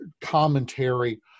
commentary